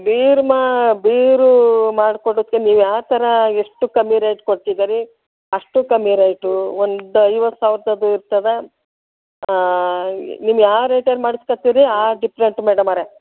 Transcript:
ಬೀರು ಮಾಡಿ ಬೀರು ಮಾಡಿಕೊಡಕ್ಕೆ ನೀವು ಯಾವ ಥರ ಎಷ್ಟು ಕಮ್ಮಿ ರೇಟ್ ಕೊಡ್ತಿದೆರಿ ಅಷ್ಟು ಕಮ್ಮಿ ರೇಟ್ ಒಂದು ಐವತ್ತು ಸಾವಿರದ್ದು ಇರ್ತದೆ ನಿಮ್ಮ ಯಾವ ರೇಟಲ್ಲಿ ಮಾಡ್ಸ್ಕೋತಿರಿ ಆ ಡಿಪ್ರೆಂಟ್ ಮೇಡಮೋರೆ